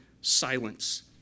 silence